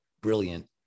brilliant